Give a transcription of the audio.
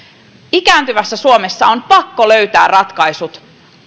ikääntyvässä suomessa on pakko löytää ratkaisut